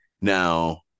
now